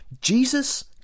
Jesus